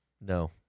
No